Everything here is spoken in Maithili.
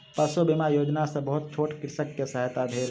पशु बीमा योजना सॅ बहुत छोट कृषकक सहायता भेल